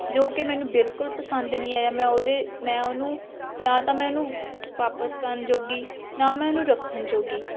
ਜੋ ਕਿ ਮੈਨੂੰ ਬਿਲਕੁਲ ਪਸੰਦ ਨਹੀਂ ਆਇਆ ਮੈਂ ਉਹਦੇ ਮੈਂ ਉਹਨੂੰ ਨਾ ਤਾਂ ਮੈਂ ਉਹਨੂੰ ਵਾਪਿਸ ਕਰਨ ਜੋਗੀ ਨਾ ਮੈਂ ਉਹਨੂੰ ਰੱਖਣ ਜੋਗੀ